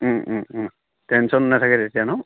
tension নাথাকে তেতিয়া নহ্